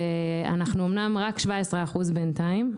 ואנחנו אמנם רק 17% בינתיים,